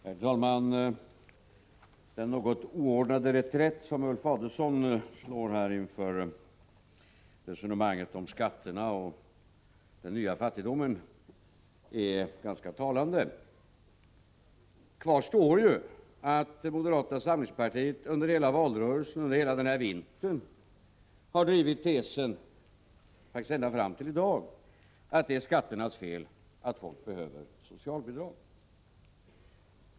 Herr talman! Den något oordnade reträtten här från Ulf Adelsohn i resonemanget om skatterna och den nya fattigdomen är ganska talande. Kvar står ju att moderata samlingspartiet under hela valrörelsen och hela denna vinter har drivit tesen — faktiskt ända fram till i dag — att det är skatternas fel att folk behöver socialbidrag.